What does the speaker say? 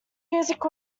music